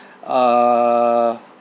uh